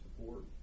support